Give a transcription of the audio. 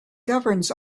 governs